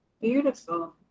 Beautiful